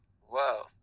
Whoa